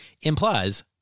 Implies